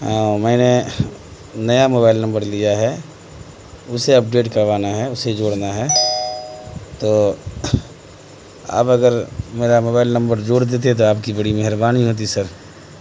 ہاں میں نے نیا موبائل نمبر لیا ہے اسے اپ ڈیٹ کروانا ہے اسے جوڑنا ہے تو آپ اگر میرا موبائل نمبر جوڑ دیتے تو آپ کی بڑی مہربانی ہوتی سر